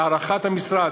להערכת המשרד,